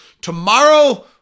Tomorrow